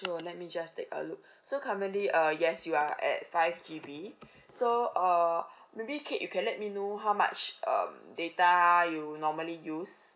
let me just take a look so currently uh yes you are at five G_B so uh maybe kate you can let me know how much um data you normally use